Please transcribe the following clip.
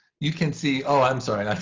you can see oh, i'm sorry.